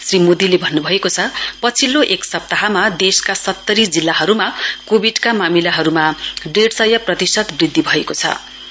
श्री मोदीले भन्नुभएको छ पछिल्लो एक सप्ताहमा देशका सत्तरी जिल्लाहरुमा कोविडका मामिलाहरुमा डेढ़ सय प्रतिशत वृद्धि भएको रिपोर्ट छ